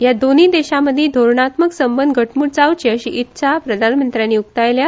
ह्या दोनूंय देशांमदी राजनीतीक संबंद घटमूट जावचे अशी इत्सा प्रधानमंत्र्यानी उक्तायल्या